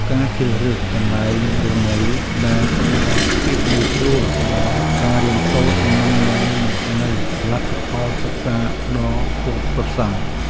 ការជ្រើសរើសកន្លែងរស់នៅដែលផ្តល់ភាពងាយស្រួលដល់ការរៀនសូត្រនឹងនាំមកនូវលទ្ធផលសិក្សាដ៏គាប់ប្រសើរ។